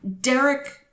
Derek